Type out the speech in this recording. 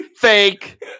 fake